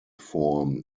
form